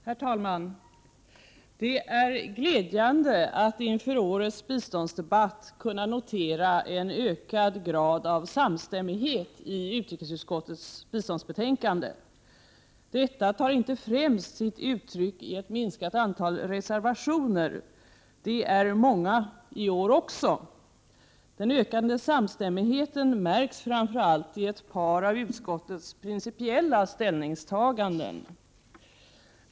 Herr talman! Det är glädjande att inför årets biståndsdebatt kunna notera en ökad grad av samstämmighet i utrikesutskottets biståndsbetänkande. Detta tar inte främst sitt uttryck i ett minskat antal reservationer — de är många också i år — utan den ökade samstämmigheten märks framför allt i ett par av utskottets principiella ställningstaganden.